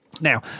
Now